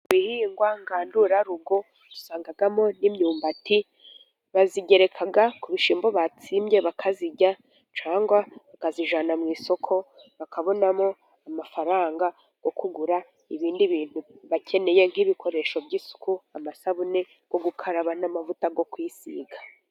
Ibihingwa ngandura rugo, usangamo n'imyumbati, bazigereka ku bishimbo batsimbye bakazirya, cyangwa bakazijana mu isoko, bakabonamo amafaranga yo kugura ibindi bintu bakeneye, nk'ibikoresho by'isuku, amasabune yo gukaraba n'amavuta yo kwisiga.